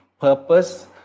purpose